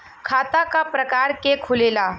खाता क प्रकार के खुलेला?